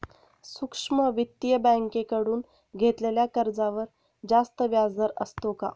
सूक्ष्म वित्तीय बँकेकडून घेतलेल्या कर्जावर जास्त व्याजदर असतो का?